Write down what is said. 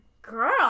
Girl